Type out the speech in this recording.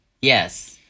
yes